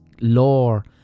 lore